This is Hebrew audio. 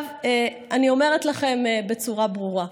אני אומרת לכם בצורה ברורה: